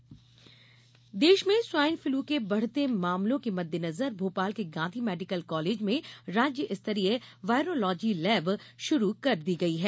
swine flu देश में swine flu के बढ़ते मामलों के मद्देनजर भोपाल के गांधी मेडीकल कहलेज में राज्य स्तरीय वायरोलहजी लैब शुरू कर दी गई है